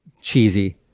cheesy